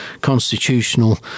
constitutional